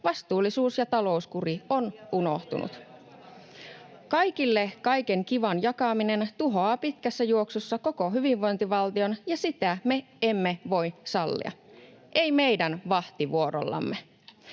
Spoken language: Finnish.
vastuullisuus ja talouskuri on unohtunut. [Suna Kymäläisen välihuuto] Kaikille kaiken kivan jakaminen tuhoaa pitkässä juoksussa koko hyvinvointivaltion, ja sitä me emme voi sallia — ei meidän vahtivuorollamme.